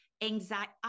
anxiety